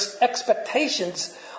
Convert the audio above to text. expectations